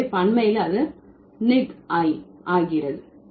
எனவே பன்மையில் அது நிக் ஐ ஆகிறது